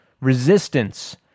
resistance